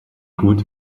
gut